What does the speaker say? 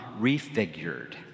refigured